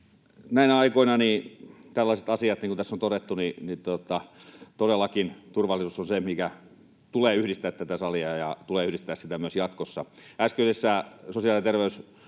Näinä aikoina tällaisissa asioissa, niin kuin tässä on todettu, todellakin turvallisuus on se, minkä tulee yhdistää tätä salia ja tulee yhdistää sitä myös jatkossa.